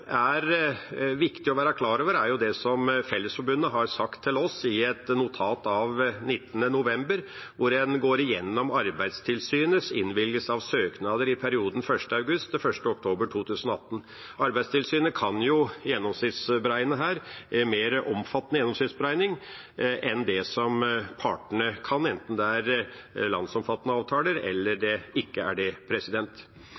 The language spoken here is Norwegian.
er viktig å være klar over, er det som Fellesforbundet har sagt til oss i et notat av 19. november, hvor en går igjennom Arbeidstilsynets innvilgelse av søknader i perioden fra 1. august til 1. oktober 2018. Arbeidstilsynet kan jo ha en mer omfattende gjennomsnittsberegning enn det partene kan, enten det er landsomfattende avtaler eller